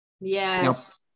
Yes